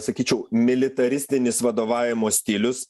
sakyčiau militaristinis vadovavimo stilius